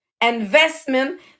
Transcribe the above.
Investment